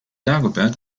dagobert